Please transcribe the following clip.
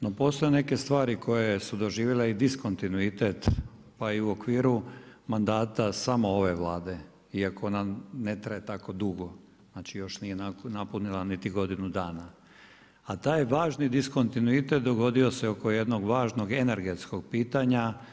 No postoje neke stvari koje su doživile i diskontinuitet, pa i u okviru mandata samo ove Vlade ikako nam ne traje tako dugo, znači još nije napunila niti godinu dana, a taj je važni diskontinuitet dogodio se oko jednog važnog energetskog pitanja.